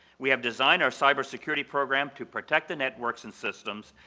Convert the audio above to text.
we have designed our cybersecurity program to protect the networks and systems,